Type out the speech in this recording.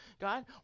God